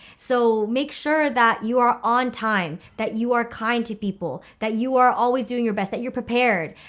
so make sure that you are on time that you are kind to people that you are always doing your best that you're prepared.